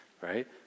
right